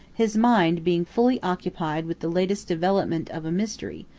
his mind being fully occupied with the latest development of a mystery,